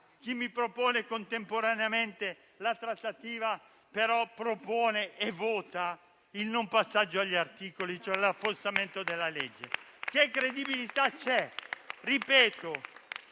chi mi propone contemporaneamente la trattativa e poi mi propone e vota il non passaggio all'esame degli articoli, cioè l'affossamento della legge? Che credibilità c'è?